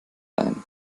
ein